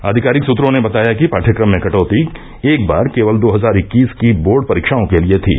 आधिकारिक सुत्रों ने बताया कि पाठ्यक्रम में कटौती एक बार केवल दो हजार इक्कीस की बोर्ड परीक्षाओं के लिए थी